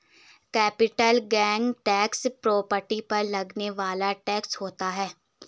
capital gain tax property पर लगने वाला टैक्स होता है